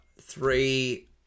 three